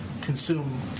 consume